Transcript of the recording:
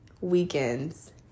weekends